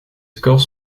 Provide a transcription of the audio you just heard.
scores